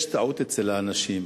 יש טעות אצל האנשים.